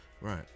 Right